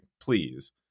please